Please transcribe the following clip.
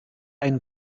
ein